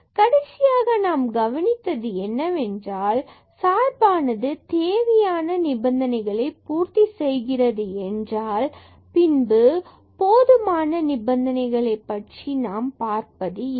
கடைசியாக நாம் கவனித்தது என்னவென்றால் சார்பானது தேவையான நிபந்தனைகளை பூர்த்தி செய்கிறது என்றால் பின்பு நாம் போதுமான நிபந்தனைகளைப் பற்றி பார்ப்பது இல்லை